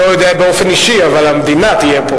אני לא יודע אם באופן אישי, אבל המדינה תהיה פה.